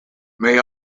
may